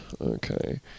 okay